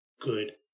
good